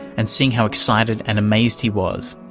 and seeing how excited and amazed he was,